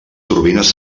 turbines